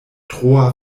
troa